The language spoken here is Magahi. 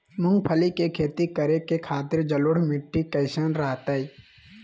मूंगफली के खेती करें के खातिर जलोढ़ मिट्टी कईसन रहतय?